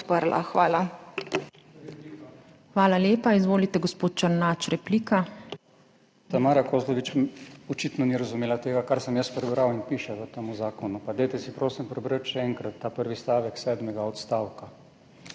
Hvala lepa. Izvolite, gospod Černač, replika. ZVONKO ČERNAČ (PS SDS): Tamara Kozlovič očitno ni razumela tega, kar sem jaz prebral in piše v tem zakonu, pa dajte si prosim prebrati še enkrat ta prvi stavek sedmega odstavka,